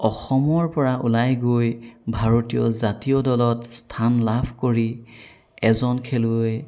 অসমৰ পৰা ওলাই গৈ ভাৰতীয় জাতীয় দলত স্থান লাভ কৰি এজন খেলুৱৈ